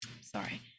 Sorry